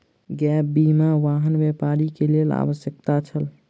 gap बीमा, वाहन व्यापारी के लेल आवश्यक छल